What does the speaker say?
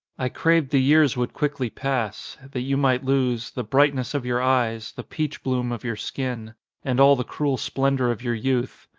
i craved the years would quickly pass that you might lose the brightness of your eyes, the peach-bloom of your skin, and all the cruel splendour of your youth.